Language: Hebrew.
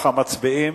מצביעים.